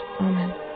Amen